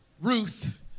Ruth